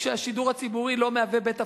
כשהשידור הציבורי לא מהווה בית הפקות,